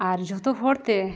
ᱟᱨ ᱡᱚᱛᱚ ᱦᱚᱲᱛᱮ